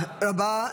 תודה רבה.